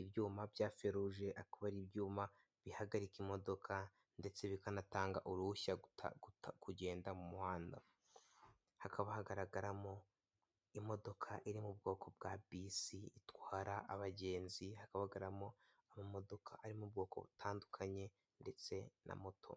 ibyuma bya feruje akaba ari ibyuma bihagarika imodoka ndetse bikanatanga uruhushya kugenda rwo gutambuka mu muhanda ,hakaba hagaragaramo imodoka iri mu bwoko bwa bisi itwara abagenzi hakabagaragaramo amamodoka arimo ubwoko butandukanye ndetse na moto.